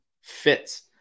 fits